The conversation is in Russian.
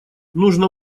нужно